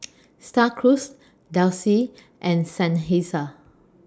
STAR Cruise Delsey and Seinheiser